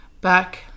back